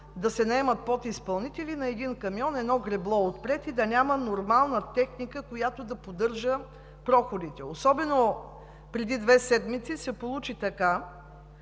да се наемат подизпълнители – на един камион, едно гребло отпред, и да няма нормална техника, която да поддържа проходите. Преди две седмици се получи такова